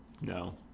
No